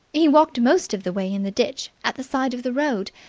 he walked most of the way in the ditch at the side of the road.